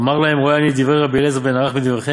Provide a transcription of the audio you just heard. אמר להם: רואה אני את דברי אלעזר בן ערך מדבריכם,